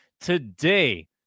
today